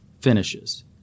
finishes